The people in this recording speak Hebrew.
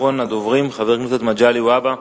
אחרון הדוברים, חבר הכנסת מגלי והבה,